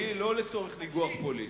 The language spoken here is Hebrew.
לא לצורך ניגוח פוליטי.